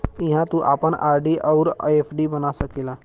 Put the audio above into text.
इहाँ तू आपन आर.डी अउर एफ.डी बना सकेला